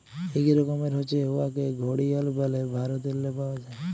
ইক রকমের হছে উয়াকে ঘড়িয়াল ব্যলে ভারতেল্লে পাউয়া যায়